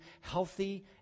healthy